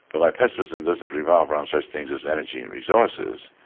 but my pessimism doesn't revolve around such things as energy and resources,